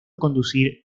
conducir